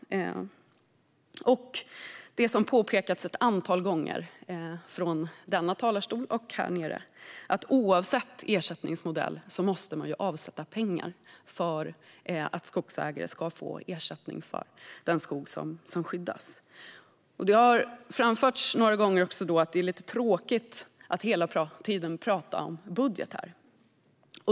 Och som har påpekats ett antal gånger här inne måste man, oavsett ersättningsmodell, avsätta pengar för att skogsägare ska få ersättning för den skog som skyddas. Det har framförts några gånger att det är lite tråkigt att här hela tiden tala om budget.